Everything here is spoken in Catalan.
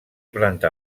planta